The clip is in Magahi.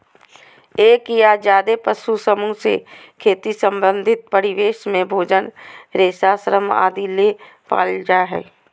एक या ज्यादे पशु समूह से खेती संबंधित परिवेश में भोजन, रेशा, श्रम आदि ले पालल जा हई